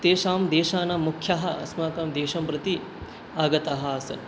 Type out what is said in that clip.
तेषां देशानां मुख्याः अस्माकं देशं प्रति आगताः आसन्